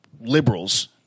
liberals